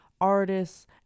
artists